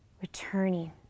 returning